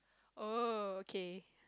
oh okay